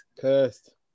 cursed